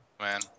man